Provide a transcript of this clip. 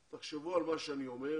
תחשבו על מה שאני אומר.